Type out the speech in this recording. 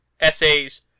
essays